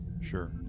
sure